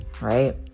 right